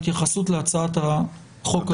בבקשה, התייחסות להצעת החוק הזאת.